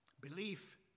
belief